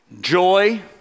joy